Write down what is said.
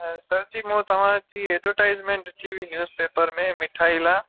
sir ji मूं तव्हांजी advertisement ॾिठी हुई न्यूस पेपर में मिठाई लाइ